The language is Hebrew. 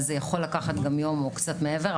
אז זה יכול לקחת גם יום או קצת מעבר,